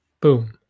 Boom